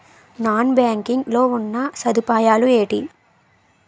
Non banking లో ఉన్నా సదుపాయాలు ఎంటి?